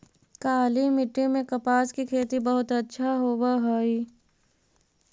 काली मिट्टी में कपास की खेती बहुत अच्छा होवअ हई